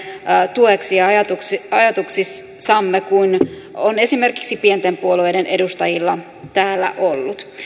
tueksi ja ajatuksissamme kuin on esimerkiksi pienten puolueiden edustajilla täällä ollut